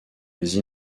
des